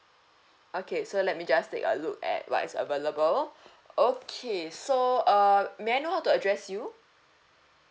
okay so let me just take a look at what is available okay so uh may I know how to address you